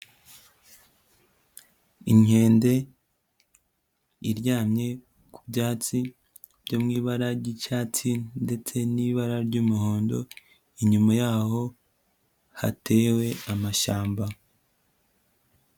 Inkende iryamye ku byatsi byo mu ibara ry'icyatsi ndetse n'ibara ry'umuhondo, inyuma y'aho hatewe amashyamba.